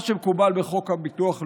מה שמקובל בחוק הביטוח הלאומי,